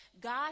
God